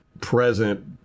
present